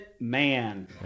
man